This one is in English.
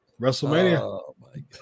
WrestleMania